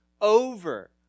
over